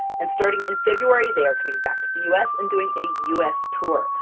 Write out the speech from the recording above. and starting in february they are coming back to the us and doing a us tour!